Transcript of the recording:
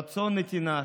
רצון לנתינה,